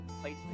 place